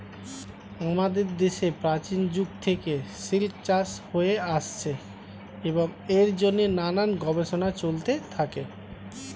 আমাদের দেশে প্রাচীন যুগ থেকে সিল্ক চাষ হয়ে আসছে এবং এর জন্যে নানান গবেষণা চলতে থাকে